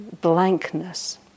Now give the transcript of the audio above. blankness